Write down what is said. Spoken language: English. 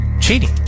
cheating